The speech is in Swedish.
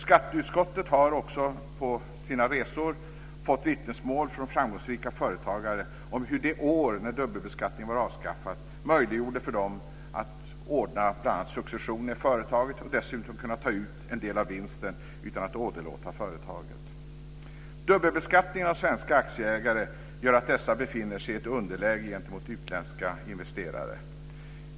Skatteutskottet har också på sina resor fått vittnesmål från framgångsrika företagare om hur det under det år när dubbelbeskattningen var avskaffad var möjligt för dem att ordna bl.a. successionen i företaget och dessutom ta ut en del av vinsten utan att åderlåta företaget. Dubbelbeskattningen av svenska aktieägare gör att dessa befinner sig i ett underläge gentemot utländska investerare.